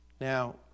Now